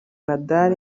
nadal